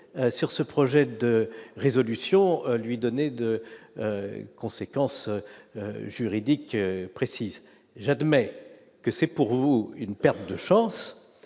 sur ce projet de résolution lui donner de conséquences juridiques précises, j'admets que c'est pour vous une perte de chance